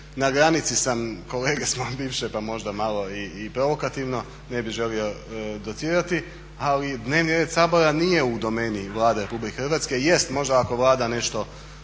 na granici sam, kolege smo bivše pa možda malo i provokativno, ne bih želio docirati, ali dnevni red Sabora nije u domeni Vlade Republike Hrvatske. Jest možda ako Vlada nešto